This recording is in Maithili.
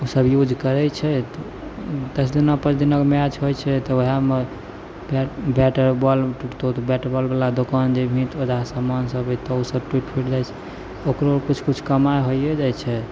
ईसब यूज करै छै दस दिनके पाँच दिनके मैच होइ छै तऽ वएहमे बैट आओर बॉल टुटतौ तऽ बैट बॉलवला दोकान जेभी तऽ ओहिजासँ समान अएतौ सब टुटि फुटि जाइ ओकरो किछु किछु कमाइ होइए जाइ छै